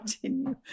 continue